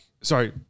sorry